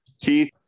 Keith